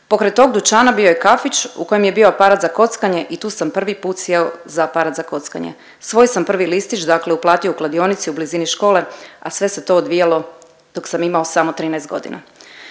Pokraj tog dućana bio je kafić u kojem je bio aparat za kockanje i tu sam prvi put sjeo za aparat za kockanje. Svoj sam prvi listić dakle uplatio u kladionici u blizini škole, a sve se to odvijalo dok sam imao samo 13 godina.